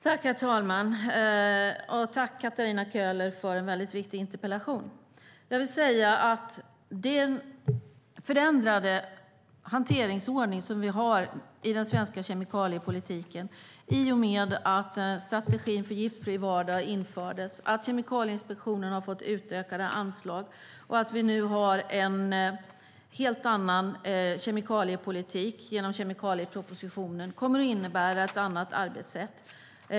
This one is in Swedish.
Herr talman! Tack, Katarina Köhler, för en väldigt viktig interpellation. Vi har en förändrad hanteringsordning för den svenska kemikaliepolitiken i och med att strategin för giftfri vardag infördes. Kemikalieinspektionen har fått utökade anslag. Genom kemikaliepropositionen har vi nu en helt annan kemikaliepolitik. Det kommer att innebära ett annat arbetssätt.